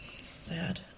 sad